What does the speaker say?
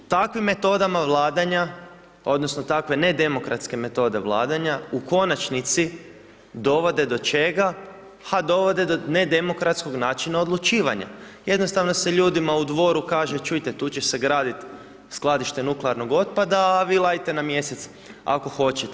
Takvim metodama vladanja odnosno takve nedemokratske vladanja u konačnici dovode do čega, ha dovode do nedemokratskog načina odlučivanja, jednostavno se ljudima u Dvoru kaže, čujte tu će se gradit skladište nuklearnog otpada a vi lajte na mjesec ako hoćete.